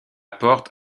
porte